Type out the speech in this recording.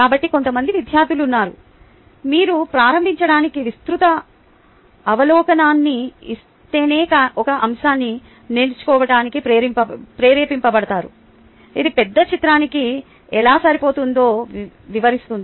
కాబట్టి కొంతమంది విద్యార్థులు ఉన్నారు మీరు ప్రారంభించడానికి విస్తృత అవలోకనాన్ని ఇస్తేనే ఒక అంశాన్ని నేర్చుకోవటానికి ప్రేరేపించబడతారు ఇది పెద్ద చిత్రానికి ఎలా సరిపోతుందో వివరిస్తుంది